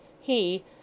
He